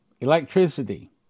electricity